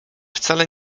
wcale